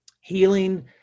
Healing